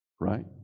Right